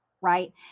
right